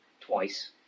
twice